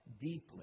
deeply